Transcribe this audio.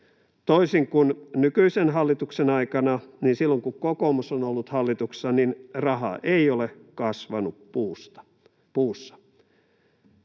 Toisin kuin nykyisen hallituksen aikana, silloin kun kokoomus on ollut hallituksessa, raha ei ole kasvanut puussa.